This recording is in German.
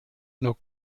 nur